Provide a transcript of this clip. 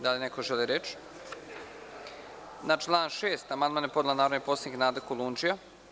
Da li neko želi reč? (Ne.) Na član 6. amandman je podnela narodni poslanik Nada Kolundžija.